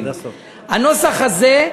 "הנוסח הזה",